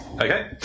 Okay